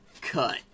cut